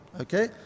Okay